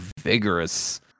vigorous